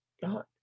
God